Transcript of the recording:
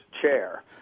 chair